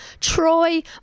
Troy